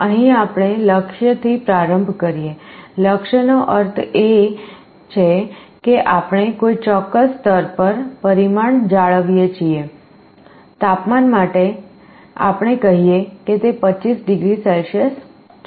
અહીં આપણે લક્ષ્યથી પ્રારંભ કરીએ લક્ષ્યનો અર્થ છે કે આપણે કોઈ ચોક્કસ સ્તર પર પરિમાણ જાળવીએ છીએ તાપમાન માટે આપણે કહીએ કે તે 25 ડિગ્રી સેલ્સિયસ છે